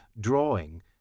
drawing